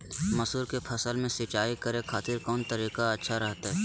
मसूर के फसल में सिंचाई करे खातिर कौन तरीका अच्छा रहतय?